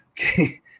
okay